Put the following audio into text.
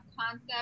concept